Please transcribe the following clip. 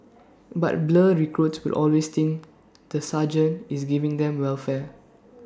but blur recruits will always think the sergeant is giving them welfare